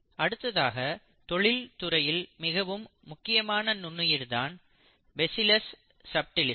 அடுத்ததாக தொழில் துறையில் மிகவும் முக்கியமான நுண்ணுயிர் தான் பேசிலஸ் சப்டிலிஸ்